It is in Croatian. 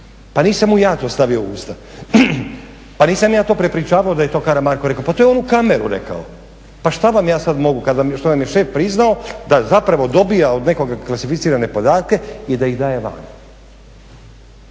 Pa nisam mu ja to stavio u usta. Pa nisam ja to prepričavao da je to Karamarko rekao, pa to je on u kameru rekao. Pa šta vam ja sad mogu što vam je šef priznao da zapravo dobija od nekoga klasificirane podatke i da ih daje vani.